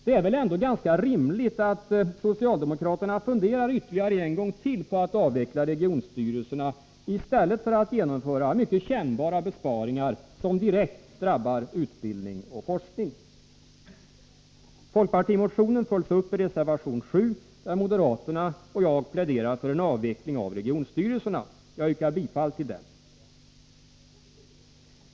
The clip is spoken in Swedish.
Det är väl ändå ganska rimligt att socialdemokraterna funderar en gång till på att avveckla regionstyrelserna i stället för att genomföra mycket kännbara besparingar, som direkt drabbar utbildning och forskning? Folkpartimotionen följs upp i reservation 7, där moderaterna och jag pläderar för en avveckling av regionstyrelserna. Jag yrkar bifall till den.